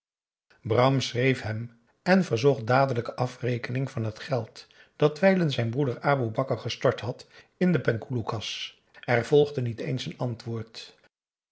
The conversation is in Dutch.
bram schreef hem en verzocht dadelijke afrekening van het geld dat wijlen zijn broeder aboe bakar gestort had in de penghoeloekas er volgde niet eens antwoord